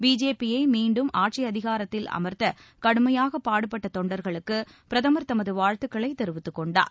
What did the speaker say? பிஜேபியை மீண்டும் ஆட்சி அதிகாரத்தில் அமர்த்த கடுமையாகப் பாடுபட்ட தொண்டர்களுக்கு பிரதமர் தமது வாழ்த்துக்களை தெரிவித்துக் கொண்டார்